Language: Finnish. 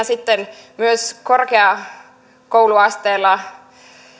sitten myös korkeakouluasteella